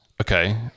okay